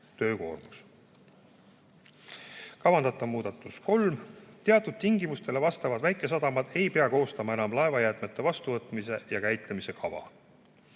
töökoormus. Kavandatav muudatus nr 3. Teatud tingimustele vastavad väikesadamad ei pea koostama enam laevajäätmete vastuvõtmise ja käitlemise kava.